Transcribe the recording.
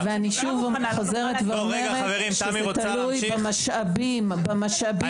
ואני שוב חוזרת ואומרת שזה תלוי במשאבים שיוקצו לעניין הזה.